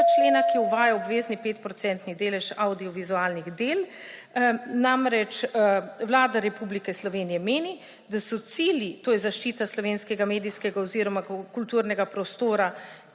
člena, ki uvaja obvezni 5-procentni delež avdiovizualnih del. Vlada Republike Slovenije meni, da so cilji, to je zaščita slovenskega medijskega oziroma kulturnega prostora,